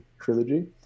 trilogy